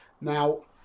now